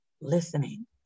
listening